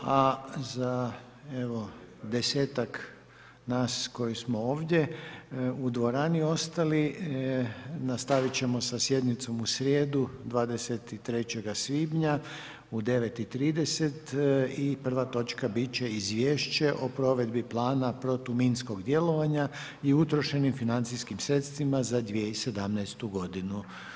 A za desetak nas koji smo ovdje u dvorani ostali nastavit ćemo sa sjednicom u srijedu 23. svibnja u 9,30 i prva točka bit će Izvješće o provedbi plana protuminskog djelovanja i utrošenim financijskim sredstvima za 2017. godinu.